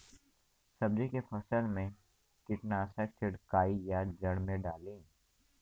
सब्जी के फसल मे कीटनाशक छिड़काई या जड़ मे डाली?